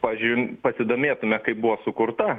pavyzdžiui pasidomėtume kaip buvo sukurta